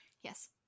Yes